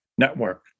network